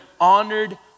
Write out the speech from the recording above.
honored